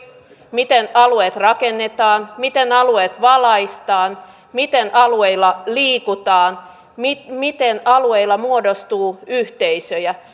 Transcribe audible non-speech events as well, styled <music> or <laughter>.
miten alueet rakennetaan miten alueet valaistaan miten alueilla liikutaan miten miten alueilla muodostuu yhteisöjä <unintelligible>